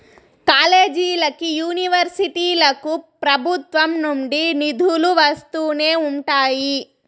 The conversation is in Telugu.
కాలేజీలకి, యూనివర్సిటీలకు ప్రభుత్వం నుండి నిధులు వస్తూనే ఉంటాయి